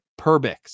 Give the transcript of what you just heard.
Perbix